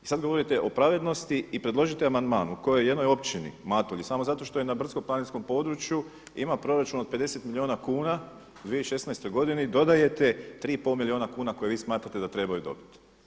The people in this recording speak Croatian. Sad govorite o pravednosti i predložite amandman u kojoj jednoj općini Matulji samo zato što je na brdsko planinskom području ima proračun od 50 milijuna kuna u 2016. godini dodajete 3,5 milijuna kuna koje vi smatrate da trebaju dobiti.